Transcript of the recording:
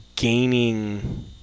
Gaining